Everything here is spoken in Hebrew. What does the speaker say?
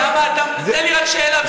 למה אתה, תן לי רק שאלה פשוטה.